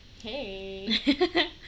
Hey